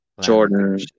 Jordan